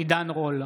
עידן רול,